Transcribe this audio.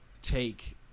Take